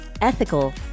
ethical